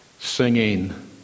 singing